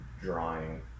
drawing